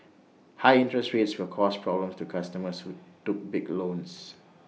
high interest rates will cause problems to customers who took big loans